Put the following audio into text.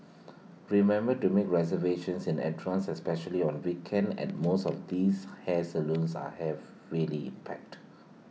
remember to make reservations and advance especially on weekends and most of these hair salons are have really packed